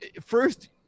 First